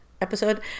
episode